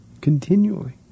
continually